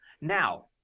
Now